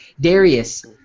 Darius